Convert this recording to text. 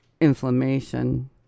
inflammation